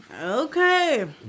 Okay